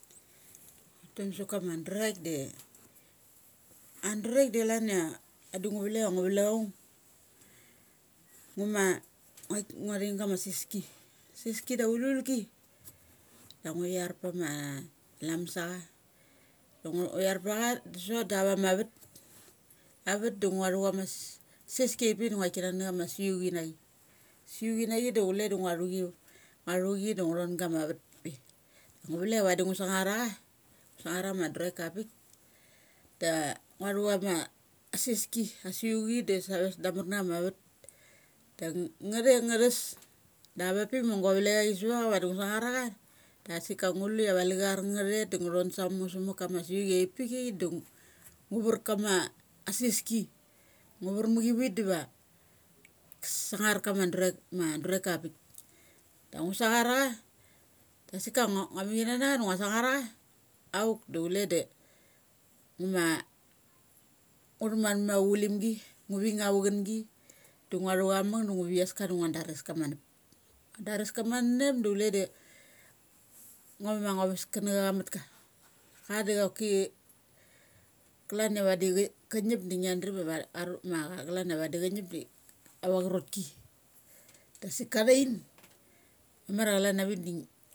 Tan sa kama draik de anduraiak da chalan ia vai ngu valek ia ngu valek aung. Nguma ngua theng ama seski. Aseski da auluki dak ngu char pama lamasacha da nga, ngo char ptha ana da nguathu sekt chana seski a pik da ngua thik kanana chama si u chi na chi. Si u chi na chi da chule da nguathu chi na chi. Ngua thuchi da ngu thon gama vat pe. Ngu valek ia uadi ngu sangar acha, sangar anga ama duraika apik. ngua thu chama a seski a seuchi da save stamar na chama vat. Da nga thet ia nga thes. da avapik ma gua valeachi suvtha cha vadi ngu sangar acha da sik a ngu lu ia ava lachar nga thet da nga thon sa muk sa mak kama si uchi avaik pik chai do ngu var kama aseski. Ngu var ma chi vit diva ngu sangar kama duraik. ma duraika avapik. Da ngu sangar acha. asik a ngo ngua mikina nacha sangar acha sangar acha, auk du chule de ngu thaman ma tha va chulimgi. ngu ving avachun gi. da ngua thu cha manap da ngua daraska manap. Ngua daraska manep da chule da ngua ves kanachacha mutka. A do choki klania vadi cha ngip de ava cho rot ki. Dasik ka thain mamar a chalan avik de